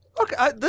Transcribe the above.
Okay